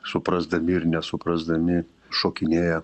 suprasdami ir nesuprasdami šokinėja